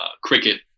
cricket